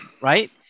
Right